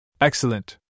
Excellent